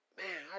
man